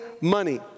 money